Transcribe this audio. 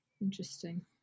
interesting